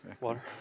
Water